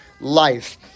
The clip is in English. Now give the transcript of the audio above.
life